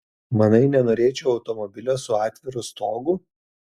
manai nenorėčiau automobilio su atviru stogu